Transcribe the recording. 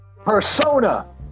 Persona